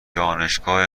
دانشگاه